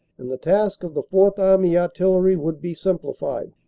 and the task of the fourth army artillery would be simplified.